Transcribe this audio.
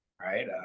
right